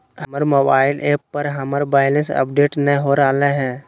हमर mobile app पर हमर बैलेंस अपडेट नय हो रहलय हें